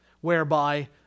whereby